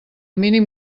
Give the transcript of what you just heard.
mínim